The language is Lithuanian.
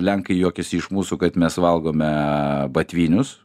lenkai juokiasi iš mūsų kad mes valgome batvinius